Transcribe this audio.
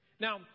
Now